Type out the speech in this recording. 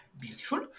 beautiful